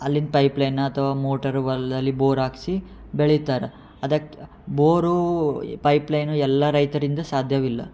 ಅಲ್ಲಿಂದ ಪೈಪ್ಲೈನ್ ಅಥವಾ ಮೋಟರು ಹೊಲ್ದಲ್ಲಿ ಬೋರ್ ಹಾಕ್ಸಿ ಬೆಳಿತಾರೆ ಅದಕ್ಕೆ ಬೋರೂ ಈ ಪೈಪ್ಲೈನು ಎಲ್ಲ ರೈತರಿಂದ ಸಾಧ್ಯವಿಲ್ಲ